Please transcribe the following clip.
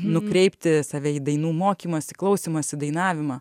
nukreipti save į dainų mokymąsi klausymąsi dainavimą